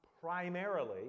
primarily